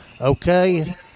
Okay